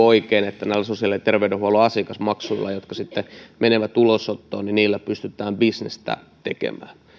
oikein että näillä sosiaali ja terveydenhuollon asiakasmaksuilla jotka menevät ulosottoon pystytään bisnestä tekemään